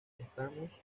estamos